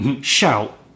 Shout